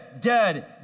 dead